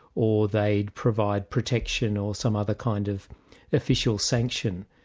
or they'd provide protection or some other kind of official sanction.